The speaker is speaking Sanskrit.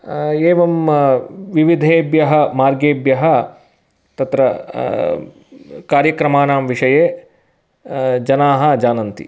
एवं विविधेभ्यः मार्गेभ्यः तत्र कार्यक्रमाणां विषये जनाः जानन्ति